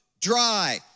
dry